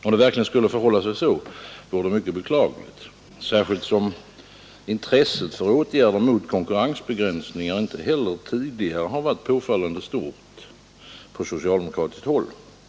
Om det verkligen skulle förhålla sig så, vore det mycket beklagligt, särskilt som intresset för åtgärder mot konkurrensbegränsningar inte heller tidigare har varit påfallande stort på socialdemokratiskt håll.